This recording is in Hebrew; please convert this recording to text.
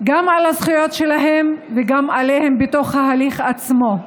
הזכויות שלהם, וגם עליהם, בתוך ההליך עצמו.